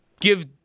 give